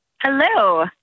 Hello